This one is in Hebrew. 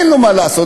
אין לו מה לעשות.